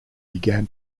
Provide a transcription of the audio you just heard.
began